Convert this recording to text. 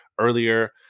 earlier